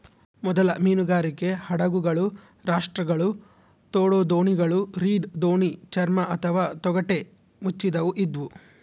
ಮೊದಲ ಮೀನುಗಾರಿಕೆ ಹಡಗುಗಳು ರಾಪ್ಟ್ಗಳು ತೋಡುದೋಣಿಗಳು ರೀಡ್ ದೋಣಿ ಚರ್ಮ ಅಥವಾ ತೊಗಟೆ ಮುಚ್ಚಿದವು ಇದ್ವು